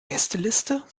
gästeliste